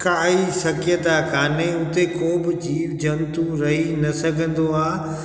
काई सभ्यता कोन्हे उते कोई बि जीव जंतु रही न सघंदो आहे